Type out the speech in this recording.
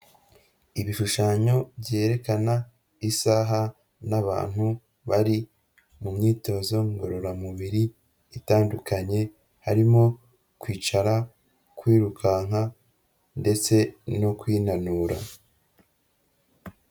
Ibishushanyo byerekana isaha n'abantu bari mu myitozo ngororamubiri itandukanye harimo kwicara, kwirukanka ndetse no kwinanura.